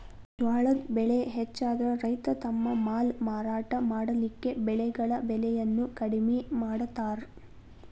ಜ್ವಾಳದ್ ಬೆಳೆ ಹೆಚ್ಚಾದ್ರ ರೈತ ತಮ್ಮ ಮಾಲ್ ಮಾರಾಟ ಮಾಡಲಿಕ್ಕೆ ಬೆಳೆಗಳ ಬೆಲೆಯನ್ನು ಕಡಿಮೆ ಮಾಡತಾರ್